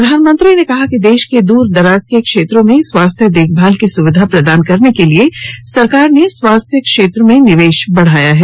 प्रधानमंत्री ने कहा कि देश के दूर दराज के क्षेत्रों में स्वास्थ्य देखभाल की सुविधा प्रदान करने के लिए सरकार ने स्वास्थ्य क्षेत्र में निवेश बढाया है